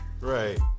Right